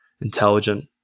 intelligent